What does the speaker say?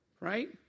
right